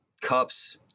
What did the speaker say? cups